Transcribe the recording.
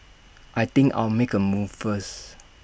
I think I'll make A move first